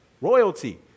Royalty